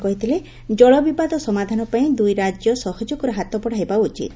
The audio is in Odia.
ଲ୍ କହିଥିଲେ କଳବିବାଦ ସମାଧାନ ପାଇଁ ଦୁଇ ରାଜ୍ୟ ସହଯୋଗର ହାତ ବଢ଼ାଇବା ଉଚିତ୍